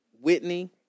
Whitney